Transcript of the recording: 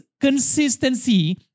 consistency